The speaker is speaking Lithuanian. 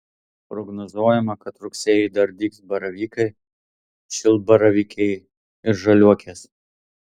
prognozuojama kad rugsėjį dar dygs baravykai šilbaravykiai ir žaliuokės